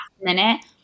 minute